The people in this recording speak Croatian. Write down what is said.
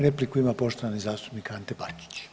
Repliku ima poštovani zastupnik Ante Bačić.